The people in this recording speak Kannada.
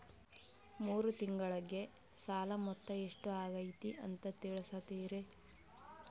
ಮೂರು ತಿಂಗಳಗೆ ಸಾಲ ಮೊತ್ತ ಎಷ್ಟು ಆಗೈತಿ ಅಂತ ತಿಳಸತಿರಿ?